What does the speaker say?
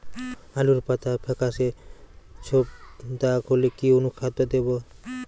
আলুর পাতা ফেকাসে ছোপদাগ হলে কি অনুখাদ্য দেবো?